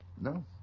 no